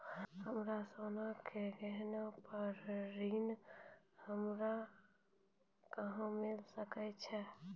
हमरो सोना के गहना पे ऋण हमरा कहां मिली सकै छै?